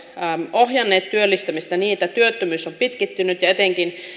ohjanneet työllistämistä niin että työttömyys on pitkittynyt ja etenkin